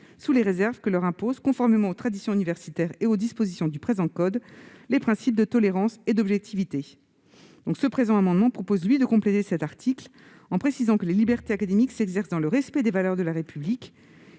sous les réserves que leur imposent, conformément aux traditions universitaires et aux dispositions du présent code, les principes de tolérance et d'objectivité ». Le présent amendement vise à compléter cet article, en précisant que les libertés académiques s'exercent dans le respect des valeurs de la République.